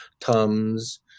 Tums